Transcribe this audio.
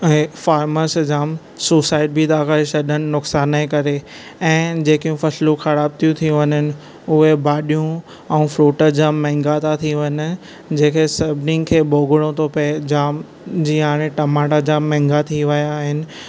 ऐं फार्मर्स जाम सुसाइड बि था करे छॾीनि नुक़सान जे करे ऐं जेकियूं फसलियूं ख़राब थियूं थी वञनि उहे भाॼियूं ऐं फ्रूट जाम महांगा था थी वञनि जंहिं खे सभिनि खे भोॻणो थो पवे जाम जीअं हाणे टमाटा जाम महांगा थी विया आहिनि